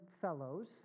fellows